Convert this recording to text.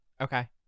Okay